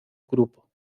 grupo